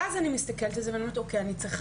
ואז אני מסתכלת על זה ואני אומרת אני צריכה